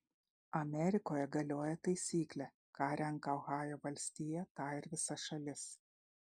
amerikoje galioja taisyklė ką renka ohajo valstija tą ir visa šalis